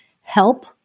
help